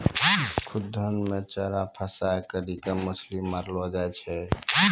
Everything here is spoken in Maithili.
खुद्दन मे चारा फसांय करी के मछली मारलो जाय छै